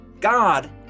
God